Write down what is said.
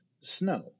snow